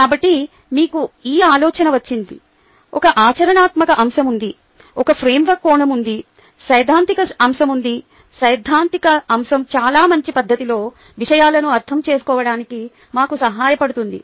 కాబట్టి మీకు ఈ ఆలోచన వచ్చింది ఒక ఆచరణాత్మక అంశం ఉంది ఒక ఫ్రేమ్వర్క్ కోణం ఉంది సైద్ధాంతిక అంశం ఉంది సైద్ధాంతిక అంశం చాలా మంచి పద్ధతిలో విషయాలను అర్థం చేసుకోవడానికి మాకు సహాయపడుతుంది